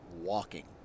walking